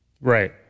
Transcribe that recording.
Right